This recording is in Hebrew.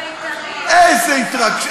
הבית"רי, איזו התרגשות.